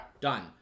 done